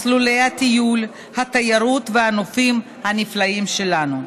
מסלולי הטיול, התיירות והנופים הנפלאים שלנו.